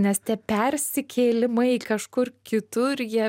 nes tie persikėlimai kažkur kitur jie